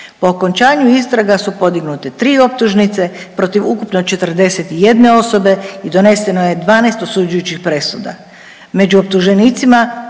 Po okončanju istraga su podignute 3 optužnice protiv ukupno 41 osobe i doneseno je 12 osuđujućih presuda. Među optuženicima